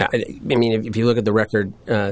i mean if you look at the record